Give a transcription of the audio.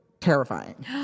terrifying